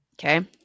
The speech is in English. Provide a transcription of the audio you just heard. okay